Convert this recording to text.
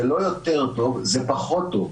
זה לא יותר טוב, זה פחות טוב.